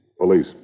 Police